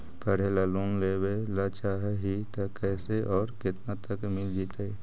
पढ़े ल लोन लेबे ल चाह ही त कैसे औ केतना तक मिल जितै?